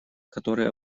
которые